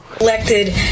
Elected